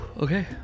Okay